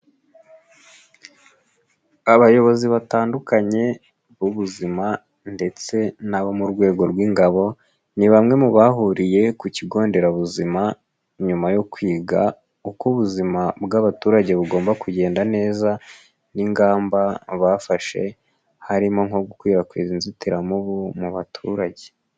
Abayobozi batandukanye b'ubuzima ndetse n'abo mu rwego rw'ingabo ni bamwe mu bahuriye ku kigo nderabuzima nyuma yo kwiga uko ubuzima bw'abaturage bugomba kugenda neza n'ingamba bafashe harimo nko gukwirakwiza inzitiramubu mu baturage.